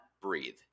breathe